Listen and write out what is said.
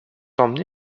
emmenés